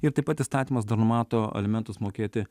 ir taip pat įstatymas dar numato alimentus mokėti